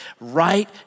right